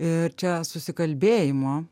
ir čia susikalbėjimo